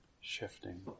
shifting